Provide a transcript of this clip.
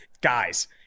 guys